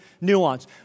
nuance